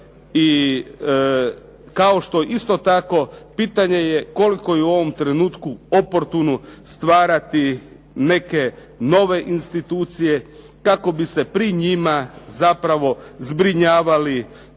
i kao što isto tako pitanje je koliko je u ovom trenutku oportuno stvarati neke nove institucije kako bi se pri njima zapravo zbrinjavali